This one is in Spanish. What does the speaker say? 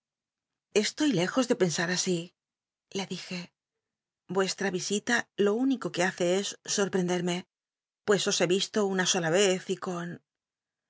estoy lejos de pensa a í le dije vuestra visita lo único que hace es sorprendel'lne pues os he visto una sola vez y con